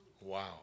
Wow